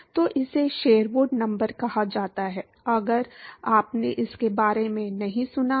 तो इसे Sherwood number कहा जाता है अगर आपने इसके बारे में नहीं सुना है